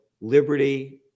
liberty